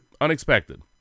unexpected